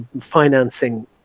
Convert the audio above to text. financing